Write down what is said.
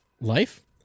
life